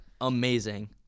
amazing